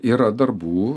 yra darbų